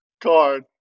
card